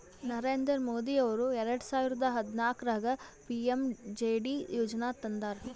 ನರೇಂದ್ರ ಮೋದಿ ಅವರು ಎರೆಡ ಸಾವಿರದ ಹದನಾಲ್ಕರಾಗ ಪಿ.ಎಮ್.ಜೆ.ಡಿ ಯೋಜನಾ ತಂದಾರ